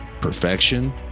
perfection